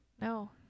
No